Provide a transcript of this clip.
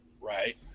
right